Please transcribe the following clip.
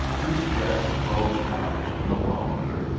whose dress bulged out no longer,